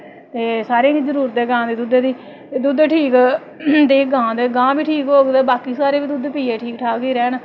ते सारें ई जरूरत ऐ गांऽ दे दुद्धे दी ते दुद्ध ठीक ते गांऽ बी ठीक होग ते बाकी बी सारे दुद्ध पियै ठीक ठाक गै रैह्न